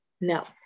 No